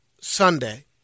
Sunday